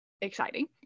exciting